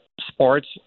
sports